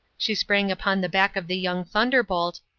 she sprang upon the back of the young thunderbolt,